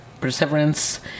perseverance